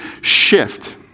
shift